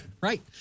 right